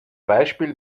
beispiel